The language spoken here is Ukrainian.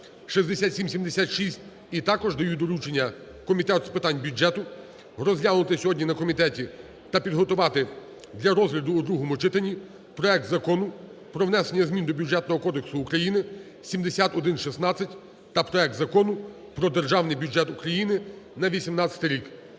(6776) і також даю доручення Комітету з питань бюджету розглянути сьогодні на комітеті та підготувати для розгляду у другому читанні проект Закону про внесення змін до Бюджетного кодексу України (7116) та проект Закону про Державний бюджет України на 2018 рік.